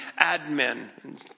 admin